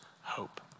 hope